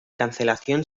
cancelación